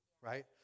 right